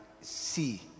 see